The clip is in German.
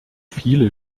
viele